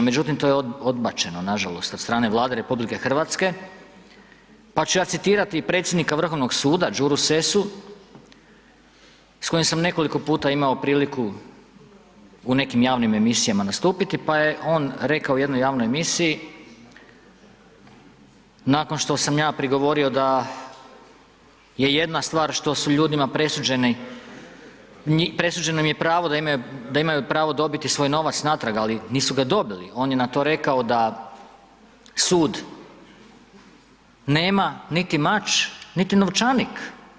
Međutim, to je odbačeno, nažalost od strane Vlade RH, pa ću ja citirati predsjednika Vrhovnog suda, Đuru Sessu s kojim sam nekoliko puta imao priliku u nekim javnim emisijama nastupiti, pa je on rekao u jednoj javnoj emisiji nakon što sam ja prigovorio da je jedna stvar što su ljudima presuđeni, presuđeno im je pravo da imaju, da imaju pravo dobiti svoj novac natrag, ali nisu ga dobili, on je na to rekao da sud nema niti mač, niti novčanik.